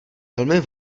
velmi